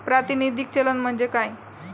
प्रातिनिधिक चलन म्हणजे काय?